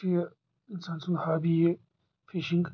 چھِ یہِ انسان سنٛد ہابی یہِ فِشنگ